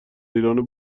ایران